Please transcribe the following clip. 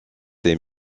est